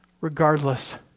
regardless